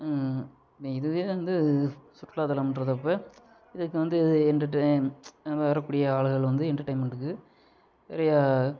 இதுவே வந்து சுற்றுலாத்தலம்ன்றப்போ இதுக்கு வந்து எண்டர் வரக்கூடிய ஆளுகள் வந்து எண்டர்டைன்மண்ட்டுக்கு பெரிய